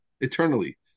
eternally